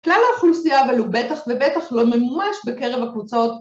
כלל האוכלוסייה אבל הוא בטח ובטח לא ממומש בקרב הקבוצות.